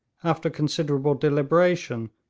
after considerable deliberation,